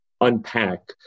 unpack